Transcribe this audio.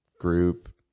group